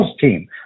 team